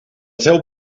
seu